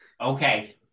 okay